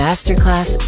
Masterclass